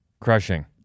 Crushing